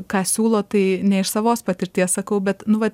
ką siūlo tai ne iš savos patirties sakau bet nu vat